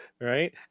Right